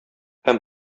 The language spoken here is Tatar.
һәм